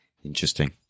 interesting